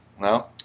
no